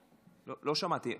לא שמעתי.